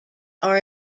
are